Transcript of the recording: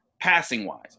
passing-wise